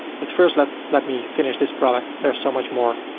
but first, let let me finish this product. there's so much more.